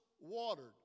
watered